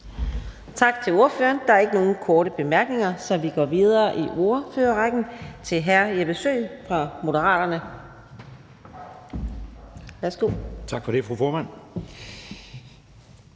Tak til ordføreren. Der er ikke nogen korte bemærkninger, så vi går videre i ordførerrækken til fru Sascha Faxe, Alternativet. Værsgo. Kl. 18:38 (Ordfører)